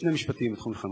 שני משפטים לכבוד חנוכה.